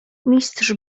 mistrz